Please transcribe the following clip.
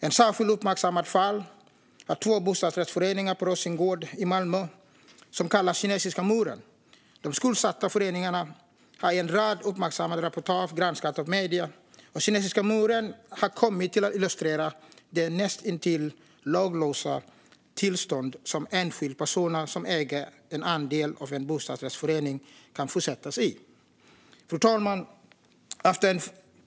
Ett särskilt uppmärksammat fall är två bostadsrättsföreningar på Rosengård i Malmö som kallas Kinesiska muren. De skuldsatta föreningarna har i en rad uppmärksammande reportage granskats av medier. Kinesiska muren har kommit att illustrera det näst intill laglösa tillstånd som enskilda personer som äger en andel av en bostadsrättsförening kan försättas i. Fru talman!